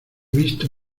visto